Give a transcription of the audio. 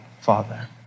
Father